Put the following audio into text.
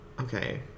okay